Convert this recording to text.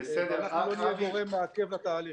ואנחנו לא נהיה גורם מעכב לתהליך.